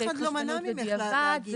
אף אחד לא מנע ממך להגיד.